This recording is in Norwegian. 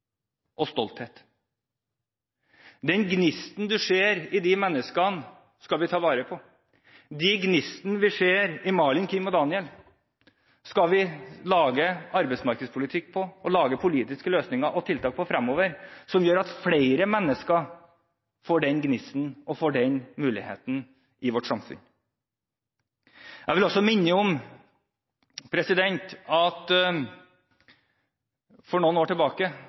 og stolthet. Den gnisten vi ser i disse menneskene, skal vi ta vare på. Ut fra den gnisten vi ser i Malin, Kim og Daniel, skal vi lage arbeidsmarkedspolitikk, politiske løsninger og tiltak fremover. Dette vil gjøre at flere mennesker får en gnist og en mulighet i vårt samfunn. Jeg vil også minne om at for noen år tilbake